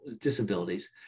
disabilities